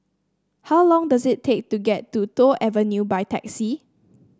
how long does it take to get to Toh Avenue by taxi